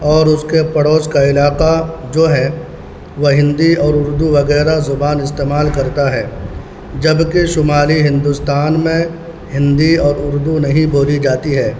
اور اس کے پڑوس کا علاقہ جو ہے وہ ہندی اور اردو وغیرہ زبان استعمال کرتا ہے جبکہ شمالی ہندوستان میں ہندی اور اردو نہیں بولی جاتی ہے